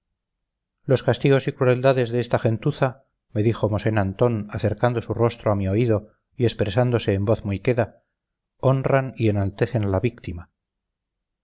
los castigos y crueldades de esta gentuza me dijo mosén antón acercando su rostro a mi oído y expresándose en voz muy queda honran y enaltecen a la víctima